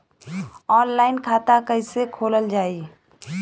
Online खाता कईसे खोलल जाई?